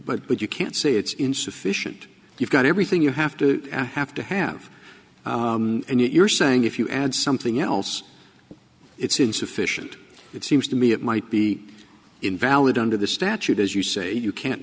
but but you can't say it's insufficient you've got everything you have to have to have and you're saying if you add something else it's insufficient it seems to me it might be invalid under the statute as you say you can't